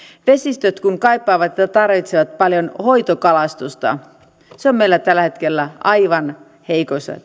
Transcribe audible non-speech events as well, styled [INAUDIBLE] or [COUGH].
vesistöt kun kaipaavat ja tarvitsevat paljon hoitokalastusta se on meillä tällä hetkellä aivan heikoissa [UNINTELLIGIBLE]